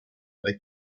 they